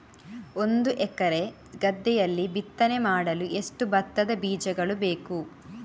ಒಂದು ಎಕರೆ ಗದ್ದೆಯಲ್ಲಿ ಬಿತ್ತನೆ ಮಾಡಲು ಎಷ್ಟು ಭತ್ತದ ಬೀಜಗಳು ಬೇಕು?